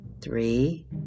three